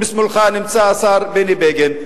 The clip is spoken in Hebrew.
משמאלך נמצא השר בני בגין,